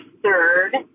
third